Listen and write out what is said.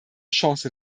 chance